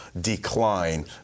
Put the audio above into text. decline